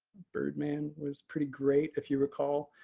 birdman was pretty great, if you recall.